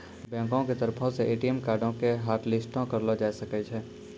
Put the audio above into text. बैंको के तरफो से ए.टी.एम कार्डो के हाटलिस्टो करलो जाय सकै छै